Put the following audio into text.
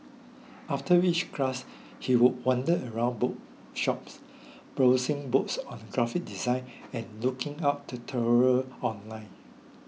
after each class he would wander around bookshops browsing books on graphic design and looking up tutorials online